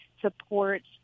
supports